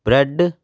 bread